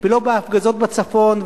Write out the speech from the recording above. ולא בהפגזות בצפון,